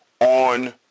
on